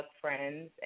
friends